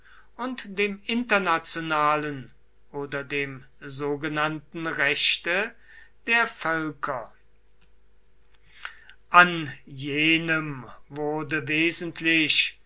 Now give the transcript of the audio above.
und dem internationalen oder dem sogenannten rechte der völker an jenem wurde wesentlich